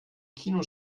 kino